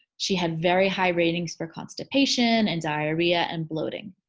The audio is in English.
she had very high ratings for constipation and diarrhea and bloating.